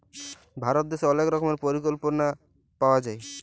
ভারত দ্যাশে অলেক রকমের পরিকল্পলা পাওয়া যায়